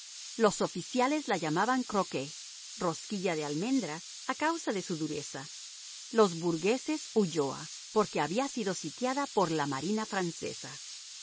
los oficiales la llamaban croquet rosquilla de almendra a causa de su dureza los burgueses ulloa porque había sido sitiada por la marina francesa